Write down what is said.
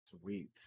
Sweet